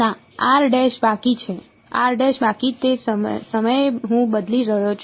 ના બાકી છે બાકી તે સમયે હું બદલી રહ્યો છું